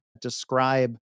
Describe